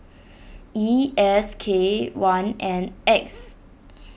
E S K one N X